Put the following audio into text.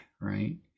right